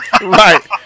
Right